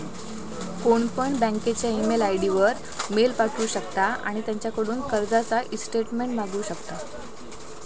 कोणपण बँकेच्या email ID वर मेल पाठवु शकता आणि त्यांच्याकडून कर्जाचा ईस्टेटमेंट मागवु शकता